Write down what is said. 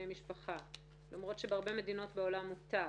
משפחה למרות שבהרבה מדינות בעולם מותר.